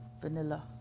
Vanilla